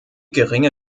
geringe